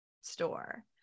store